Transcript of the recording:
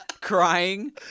crying